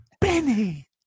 Benny